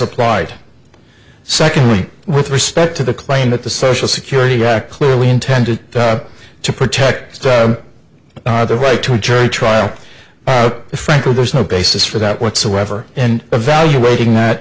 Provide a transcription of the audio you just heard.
applied secondly with respect to the claim that the social security act clearly intended to protect the right to a jury trial frankly there is no basis for that whatsoever and evaluating that